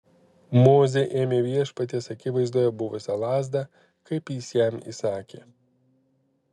mozė ėmė viešpaties akivaizdoje buvusią lazdą kaip jis jam įsakė